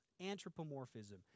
Anthropomorphism